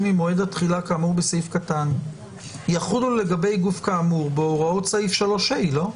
ממועד התחילה כאמור בסעיף קטן יחולו לגבי גוף כאמור בהוראות סעיף 3ה. לא?